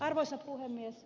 arvoisa puhemies